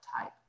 type